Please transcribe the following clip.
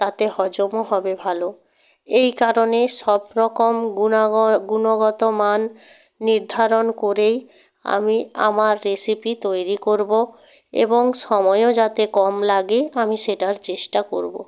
তাতে হজমও হবে ভালো এই কারণে সব রকম গুণগত মান নির্ধারণ করেই আমি আমার রেসিপি তৈরি করব এবং সময়ও যাতে কম লাগে আমি সেটার চেষ্টা করব